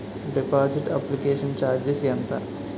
Deposit application charges ఎంత?